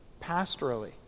pastorally